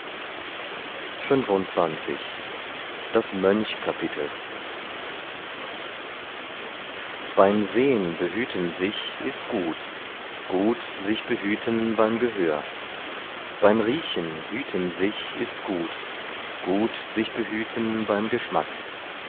mönch kapitel beim sehn behüten sich ist gut gut sich behüten beim gehör beim riechen hüten sich ist gut gut sich behüten beim geschmack